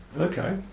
Okay